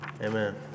Amen